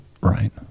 right